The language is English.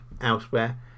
elsewhere